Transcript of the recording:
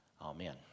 Amen